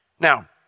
Now